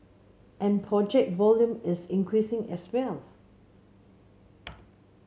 and project volume is increasing as well